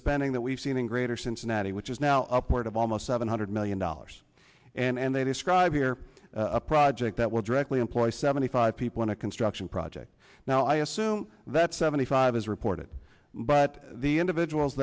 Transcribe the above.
spending that we've seen in greater cincinnati which is now upward of almost seven hundred million dollars and they describe here a project that will directly employ seventy five people on a construction project now i assume that seventy five is reported but the individuals